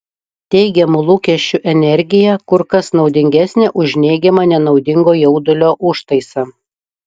teigiamų lūkesčių energija kur kas naudingesnė už neigiamą nenaudingo jaudulio užtaisą